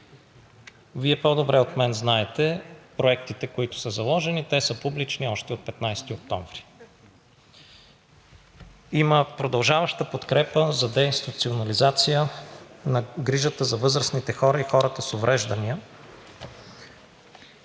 Вие по-добре от мен знаете проектите, които са заложени, те са публични още от 15 октомври. Има продължаваща подкрепа за деинституционализация на грижата за възрастните хора и хората с увреждания,